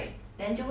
smudge ah